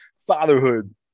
Fatherhood